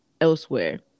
elsewhere